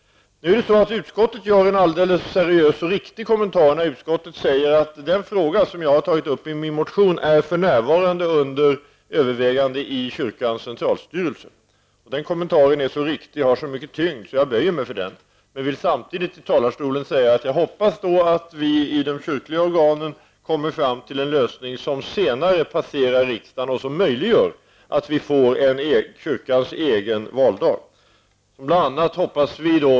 Utskottet gör en seriös och riktig kommentar när utskottet säger att den fråga som jag tagit upp i min motion för närvarande är under övervägande i kyrkans centralstyrelse. Den kommentaren är riktig och har så mycket tyngd att jag böjer mig för den. Men jag vill samtidigt här i talarstolen säga att jag hoppas att vi i de kyrkliga organen kommer fram till en lösning som senare passerar riksdagen och möjliggör en egen valdag för kyrkan.